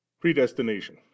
Predestination